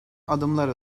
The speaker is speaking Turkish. adımlar